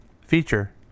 feature